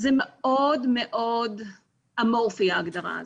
זה מאוד מאוד אמורפי ההגדרה הזאת.